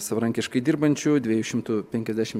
savarankiškai dirbančių dviejų šimtų penkiasdešim